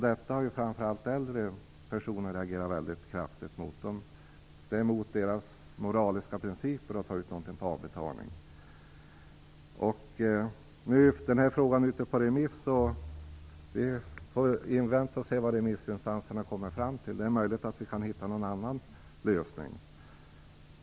Detta har framför allt äldre personer reagerat mycket kraftigt mot. Det är mot deras moraliska principer att göra avbetalningsköp. Denna fråga är ute på remiss, och vi får invänta remissinstansernas svar. Det är möjligt att vi kan hitta någon annan lösning.